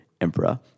emperor